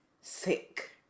sick